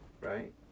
Right